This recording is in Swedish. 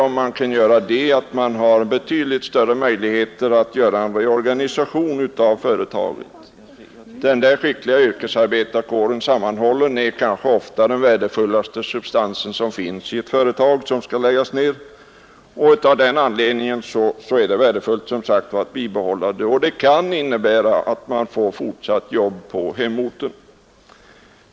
Om man kan göra det, har man betydligt större möjligheter att åstadkomma en reorganisation av företaget. En sammanhållen skicklig yrkesarbetarkår är kanske ofta den värdefullaste substansen i ett företag som skall läggas ned, och av den anledningen är det, som sagt, värdefullt med ett bibehållande. Det kan innebära att man får fortsatt jobb på hemorten.